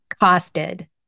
costed